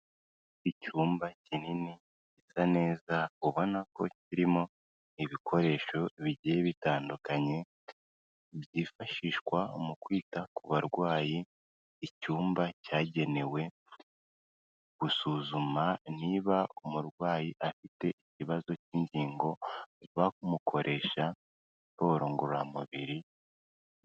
Icyumba kinini gisa neza, ubona ko kirimo ibikoresho bigiye bitandukanye byifashishwa mu kwita ku barwayi, icyumba cyagenewe gusuzuma niba umurwayi afite ikibazo cy'ingingo, bamukoresha siporo ngorora mubiri.